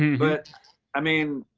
but i mean,